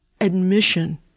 admission